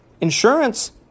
Insurance